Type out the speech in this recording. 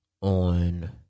On